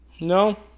No